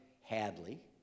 Hadley